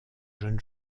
jeunes